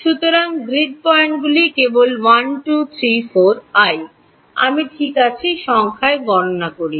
সুতরাং গ্রিড পয়েন্টগুলি কেবল 1 2 3 4i আমি ঠিক আছে সংখ্যায় গণনা করেছি